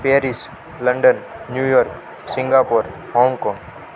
Paris London New York Singapore Hong Kong